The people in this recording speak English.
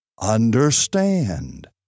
understand